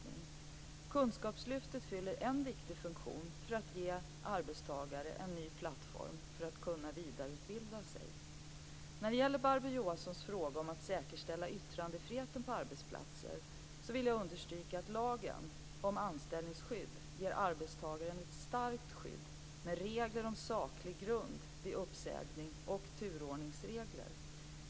Kunskapslyftet fyller en viktig funktion när det gäller att ge arbetstagare en ny plattform för vidareutbildning. När det gäller Barbro Johanssons fråga om att säkerställa yttrandefriheten på arbetsplatser vill jag understryka att lagen om anställningsskydd ger arbetstagaren ett starkt skydd med regler om saklig grund vid uppsägning och turordningsregler.